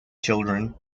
children